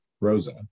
Rosa